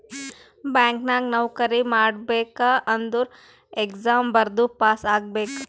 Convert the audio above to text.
bank ನಾಗ್ ನೌಕರಿ ಮಾಡ್ಬೇಕ ಅಂದುರ್ ಎಕ್ಸಾಮ್ ಬರ್ದು ಪಾಸ್ ಆಗ್ಬೇಕ್